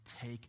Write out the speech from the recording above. take